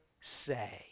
say